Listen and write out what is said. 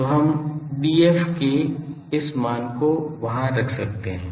तो हम Df के इस मान को वहां रख सकते हैं